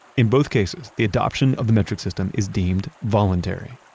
in both cases, the adoption of the metric system is deemed voluntary,